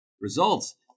results